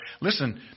Listen